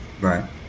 right